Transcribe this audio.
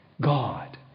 God